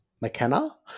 McKenna